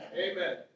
Amen